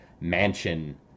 mansion